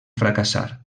fracassar